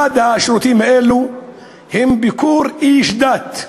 אחד השירותים האלה הוא ביקור איש דת.